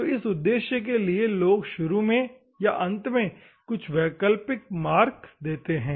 तो इस उद्देश्य के लिए लोग शुरुआत में या अंत में कुछ वैकल्पिक मार्क होगा